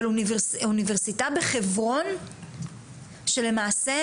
אבל אוניברסיטה בחברון, שלמעשה